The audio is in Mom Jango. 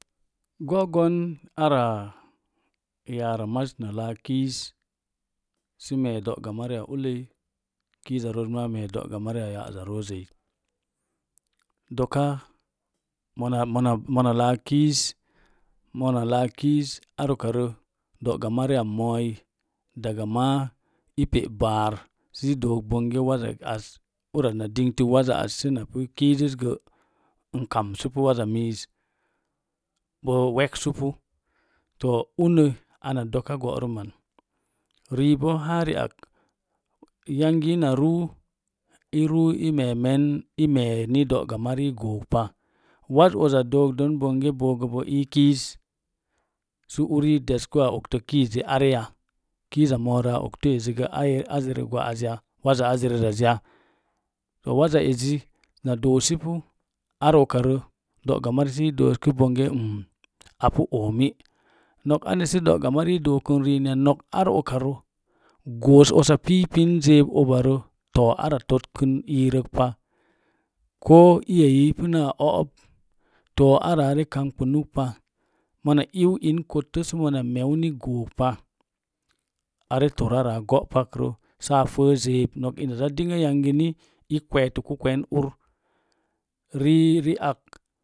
Go'gon ara yaramaz na laak kiiz sə mee do'gamariya ulləi kiizaroos maa mee do'gamariya ya'za roosəi doka mona mona mona laak kiiz mona laak kiiz ar ukarə do'ga mariya mooi daga maa i pe’ baar si dook bong waza az napu kiizəz gə a kamsəpu waza miiz bo weksupu unə ana doka go'ruman riibo haa ri aki yangi ina ruu i ruu i meemen i mee ni do'gamari gookpa wazz uza dooka don bonge boogə bo ii kiiz sə uri desku a okto kiizzi ara ya, kiiza moorə a oktu as azərə gwa'az ya waza azərəzzaz ya to waza ezi na doosipu ar ukarə do'gamari sə i doosku bonge m apu oomi nok ane sə do'gamari dookən riin ya nok ar ukarə goos usa pipin zeeb ubarə too ara totkən iirək pa ko iya ei ipuna o'ob too ara are kamɓunuk pa mona iiu in kotto sə mona meu ni gookpa are tor ara go'pakrə saa fə zeeb nok ina zaa dingə yangi ni i kweetuku kwen ur rii ri ak